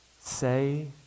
say